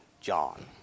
John